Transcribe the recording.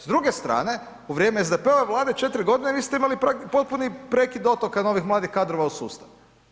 S druge strane, u vrijeme SDP-ove Vlade 4 godine niste imali potpuni prekid dotoka novih mladih kadrova u sustav.